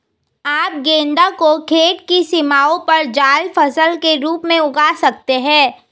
आप गेंदा को खेत की सीमाओं पर जाल फसल के रूप में उगा सकते हैं